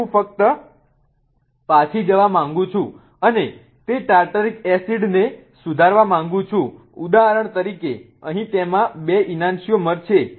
હવે હું ફક્ત પાછી જવા માંગુ છું અને તે ટાર્ટરિક એસિડને સુધારવા માંગુ છું ઉદાહરણ તરીકે અહીં તેમાં બે ઈનાન્સિઓમર છે